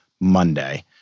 Monday